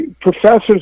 professors